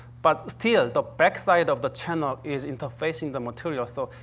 but still, the backside of the channel is interfacing the material. so,